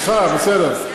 סליחה, בסדר.